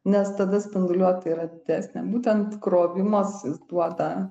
nes tada spinduliuotė yra didesnė būtent krovimas jis duoda